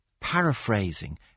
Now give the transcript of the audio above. paraphrasing